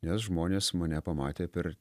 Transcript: nes žmonės mane pamatė per